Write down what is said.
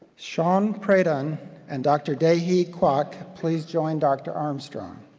sean pradhan and dr. dae hee kwak, please join dr. armstrong.